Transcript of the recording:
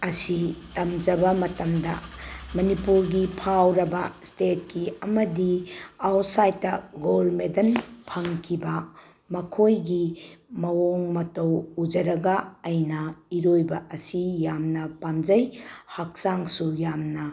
ꯑꯁꯤ ꯇꯝꯖꯕ ꯃꯇꯝꯗ ꯃꯅꯤꯄꯨꯔꯒꯤ ꯐꯥꯎꯔꯕ ꯁ꯭ꯇꯦꯠꯀꯤ ꯑꯃꯗꯤ ꯑꯥꯎꯠꯁꯥꯏꯠꯇ ꯒꯣꯜ ꯃꯦꯗꯜ ꯐꯪꯈꯤꯕ ꯃꯈꯣꯏꯒꯤ ꯃꯑꯣꯡ ꯃꯇꯧ ꯎꯖꯔꯒ ꯑꯩꯅ ꯏꯔꯣꯏꯕ ꯑꯁꯤ ꯌꯥꯝꯅ ꯄꯥꯝꯖꯩ ꯍꯛꯆꯥꯡꯁꯨ ꯌꯥꯝꯅ